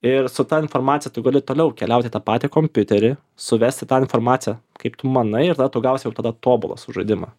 ir su ta informacija tu gali toliau keliauti į tą patį kompiuterį suvesti tą informaciją kaip tu manai ir tada tu gausi jau tada tobulą sužaidimą